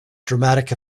dramatic